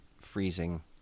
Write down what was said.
freezing